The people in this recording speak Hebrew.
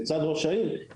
לצד ראש העיר,